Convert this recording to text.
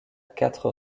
quatre